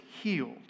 healed